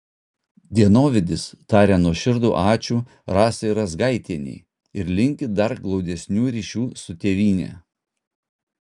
dienovidis taria nuoširdų ačiū rasai razgaitienei ir linki dar glaudesnių ryšių su tėvyne